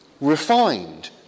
refined